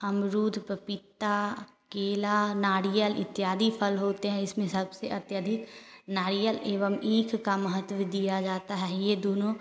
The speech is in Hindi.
अमरूद पपीता केला नाडरियल इत्यादि फल होते हैं इसमें सबसे अत्यधिक नारियल एवं ईख का महत्व दिया जाता है ये दोनों